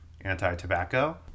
anti-tobacco